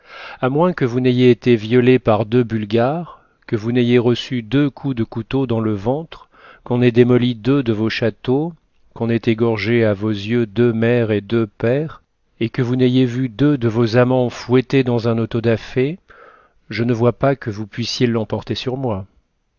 à moins que vous n'ayez été violée par deux bulgares que vous n'ayez reçu deux coups de couteau dans le ventre qu'on n'ait démoli deux de vos châteaux qu'on n'ait égorgé à vos yeux deux mères et deux pères et que vous n'ayez vu deux de vos amants fouettés dans un auto da fé je ne vois pas que vous puissiez l'emporter sur moi